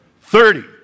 Thirty